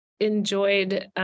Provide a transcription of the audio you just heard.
enjoyed